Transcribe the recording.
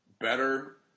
better